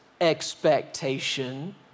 expectation